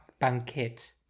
Banquet